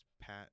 Pat